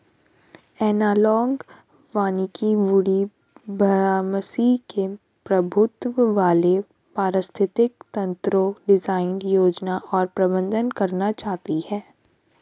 analogue वानिकी woody बारहमासी के प्रभुत्व वाले पारिस्थितिक तंत्रको डिजाइन, योजना और प्रबंधन करना चाहती है